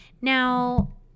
Now